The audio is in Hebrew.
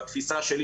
בתפיסה שלי,